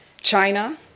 China